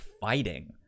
fighting